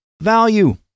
value